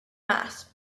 mass